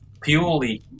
purely